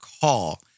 call